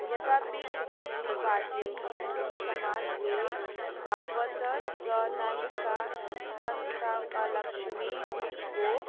यदापिक रुधिवादी हिन्दु समाजले भागवतर र नाहिका सन्तका लक्ष्मीबिचको